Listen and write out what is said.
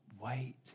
Wait